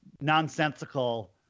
nonsensical